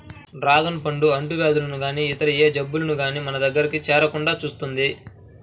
dragon పండు అంటువ్యాధులు గానీ ఇతర ఏ జబ్బులు గానీ మన దరి చేరకుండా చూస్తుంది